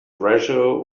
treasure